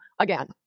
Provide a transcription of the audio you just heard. Again